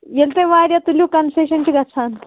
ییٚلہِ تُہۍ واریاہ تُلِو کَنسیٚشَن چھِ گَژھان